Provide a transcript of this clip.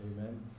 Amen